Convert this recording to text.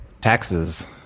Taxes